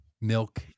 milk